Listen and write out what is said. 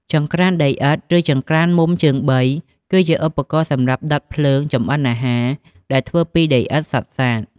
ចង្ក្រានដីឥដ្ឋ ឬ ចង្ក្រានមុំជើងបី គឺជាឧបករណ៍សម្រាប់ដុតភ្លើងចម្អិនអាហារដែលធ្វើពីដីឥដ្ឋសុទ្ធសាធ។